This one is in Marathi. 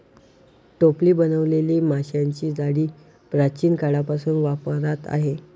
टोपली बनवलेली माशांची जाळी प्राचीन काळापासून वापरात आहे